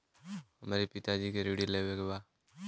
हमरे पिता जी के ऋण लेवे के बा?